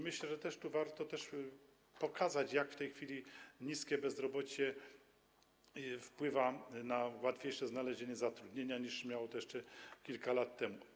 Myślę, że warto też pokazać, jak w tej chwili niskie bezrobocie wpływa na łatwiejsze znalezienie zatrudnienia niż jeszcze kilka lat temu.